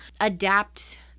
adapt